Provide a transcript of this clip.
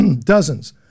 dozens